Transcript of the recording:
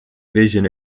vision